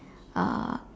uh